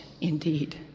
indeed